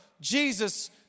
Jesus